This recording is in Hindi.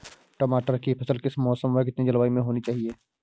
टमाटर की फसल किस मौसम व कितनी जलवायु में होनी चाहिए?